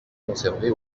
conservée